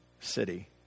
city